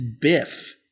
Biff